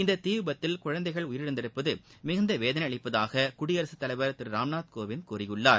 இந்த தீ விபத்தில் குழந்தைகள் உயிரிழந்திருப்பது மிகுந்த வேதளை அளிப்பதாக குடியரசுத் தலைவர் திரு ராம்நாத் கோவிந்த் கூறியுள்ளார்